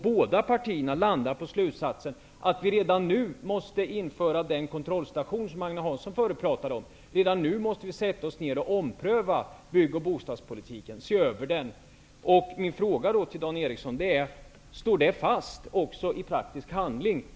Båda partierna landar på slutsatsen att vi redan nu måste införa den kontrollstation som Agne Hans son talade om förut. Vi måste redan nu sätta oss ner och ompröva bygg och bostadspolitiken och se över den. Min fråga till Dan Eriksson i Stockholm blir då om detta står fast också i praktisk handling.